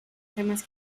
temas